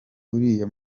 uriya